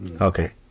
Okay